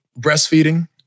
breastfeeding